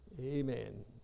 Amen